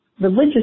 religious